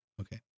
Okay